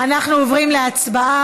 אנחנו עוברים להצבעה.